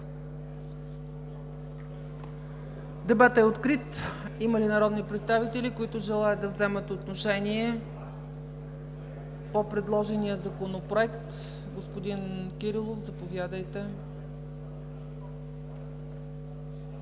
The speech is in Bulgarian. Дебатът е открит. Има ли народни представители, които желаят да вземат отношение по предложения Законопроект? Господин Кирилов, заповядайте.